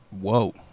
Whoa